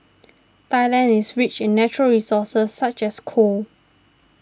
Thailand is rich in natural resources such as coal